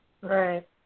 Right